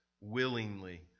willingly